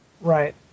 Right